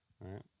right